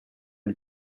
lui